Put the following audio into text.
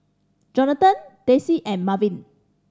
Johnathan Daisie and Marvin